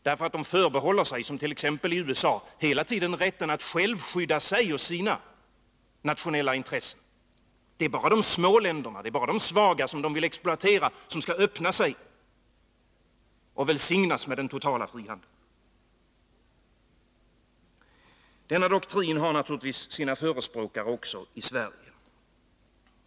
De förbehåller sig, som t.ex. USA, hela tiden rätten att själva skydda sig och sina nationella intressen. Det är bara de små länderna, det är bara de svaga som de vill exploatera och som skall öppna sig och välsignas med den totala frihandeln. Denna doktrin har naturligtvis sina förespråkare också i Sverige.